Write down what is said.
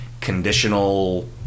conditional